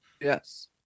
Yes